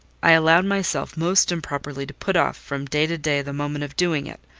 i allowed myself most improperly to put off, from day to day, the moment of doing it,